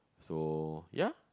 so ya